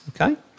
okay